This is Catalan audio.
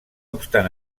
obstant